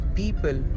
people